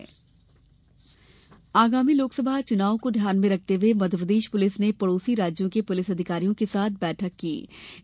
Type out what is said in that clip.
police व्यवस्था आगामी लोकसभा चुनाव को ध्यान में रखते हुए मध्यप्रदेश पुलिस ने पडोसी राज्यों के पुलिस अधिकारियों के साथ बैठक आयोजित की